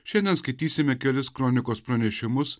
šiandien skaitysime kelis kronikos pranešimus